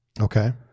Okay